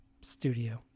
studio